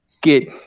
get